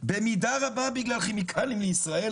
במידה רבה בגלל כימיקלים לישראל,